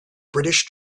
british